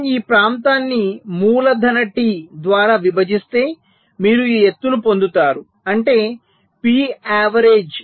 మనము ఈ ప్రాంతాన్ని మూలధన T ద్వారా విభజిస్తే మీరు ఈ ఎత్తును పొందుతారు అంటే పి యావరేజ్